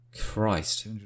Christ